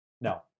No